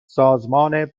سازمان